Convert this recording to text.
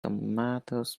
tomatoes